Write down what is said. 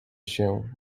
się